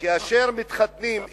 שכאשר מתחתנים,